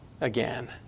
again